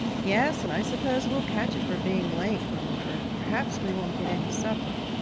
yes, and i suppose we'll catch it for being late, grumbled bert. perhaps we won't get any supper.